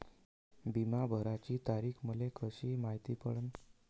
बिमा भराची तारीख मले कशी मायती पडन?